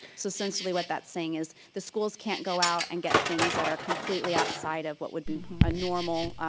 so essentially what that saying is, the schools can't go out and get things that are completely outside of what would be a normal,